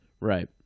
Right